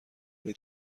ولی